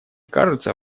кажется